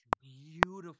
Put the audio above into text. beautiful